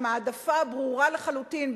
עם ההעדפה הברורה לחלוטין,